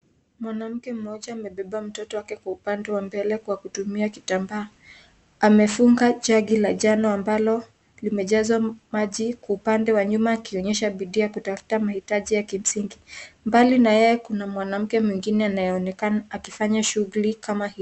Mwanamke mmoja amebeba mtoto wake Kwa upande wa mbele Kwa kutumia kitambaa, amefunga jagi la njano ambalo limejazwa maji upande wa nyuma akionyesha bidii ya kutafta mahitaji ya kimsingi. Mbali na yeye kuna mwanamke mwingine anaonekana akifanya shughuli kama hiyo .